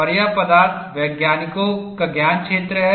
और यह पदार्थ वैज्ञानिकों का ज्ञानक्षेत्र है